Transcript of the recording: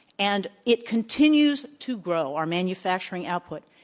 and it continues to grow, our manufacturing output.